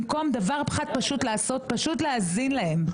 במקום לעשות דבר פשוט: פשוט להאזין להם.